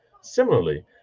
Similarly